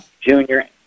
Junior